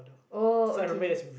oh okay